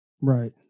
Right